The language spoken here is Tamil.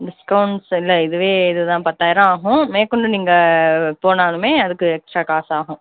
டிஸ்கௌண்ட்ஸ் இல்லை இதுவே இது தான் பத்தாயிரம் ஆகும் மேற்கொண்டு நீங்கள் போனாலுமே அதுக்கு எக்ஸ்ட்ரா காசு ஆகும்